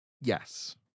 Yes